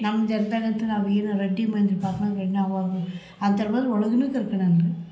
ನಮ್ಮ ಜನದಾಗಂತು ನಾವು ಏನೋ ರಡ್ಡಿ ಮನೆ ಪಾಪ ಅಂದರೆ ನಾವು ಅಂಥರು ಬಂದ್ರೆ ಒಳಗೂ ಕರ್ಕೊಣಲ್ರಿ